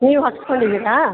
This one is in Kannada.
ನೀವು ಹಾಕಿಸ್ಕೊಂಡಿದೀರಾ